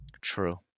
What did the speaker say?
True